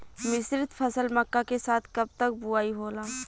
मिश्रित फसल मक्का के साथ कब तक बुआई होला?